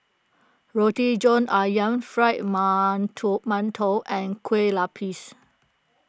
Roti John Ayam Fried Mantou Mantou and Kueh Lupis